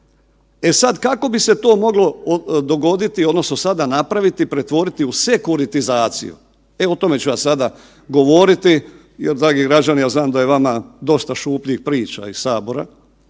E sad kako bi se to moglo dogoditi odnosno sada napraviti i pretvoriti u sekuritizaciju? E o tome ću ja sada govoriti. Dragi građani ja znam da je vama dosta šupljih priča iz sabora